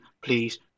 please